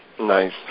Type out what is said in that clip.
nice